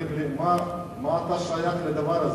אומרים לי: מה אתה שייך לזה?